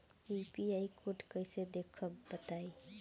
UPI code कैसे देखब बताई?